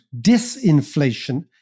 disinflation